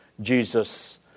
Jesus